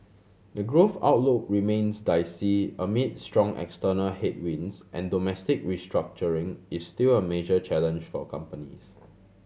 the growth outlook remains dicey amid strong external headwinds and domestic restructuring is still a major challenge for companies